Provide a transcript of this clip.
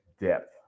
depth